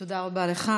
תודה רבה לך.